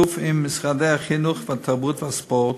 בשיתוף עם משרד החינוך, התרבות והספורט,